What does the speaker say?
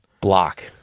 Block